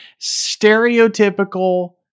stereotypical